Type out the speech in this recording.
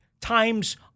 times